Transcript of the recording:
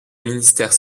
ministère